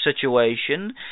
situation